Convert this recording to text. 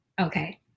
Okay